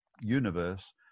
universe